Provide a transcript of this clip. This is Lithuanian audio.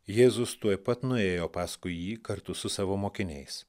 jėzus tuoj pat nuėjo paskui jį kartu su savo mokiniais